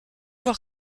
voir